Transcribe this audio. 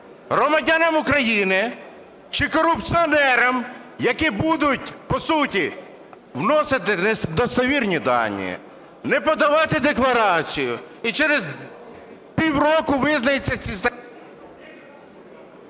громадянам України чи корупціонерам, які будуть по суті вносити недостовірні дані, не подавати декларацію? І через півроку визнаються… ГОЛОВУЮЧИЙ.